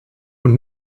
und